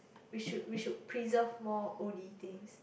we should we should preserve more oldie things